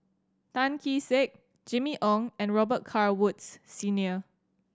Tan Kee Sek Jimmy Ong and Robet Carr Woods Senior